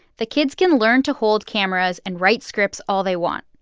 the kids can learn to hold cameras and write scripts all they want,